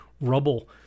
rubble